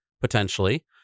potentially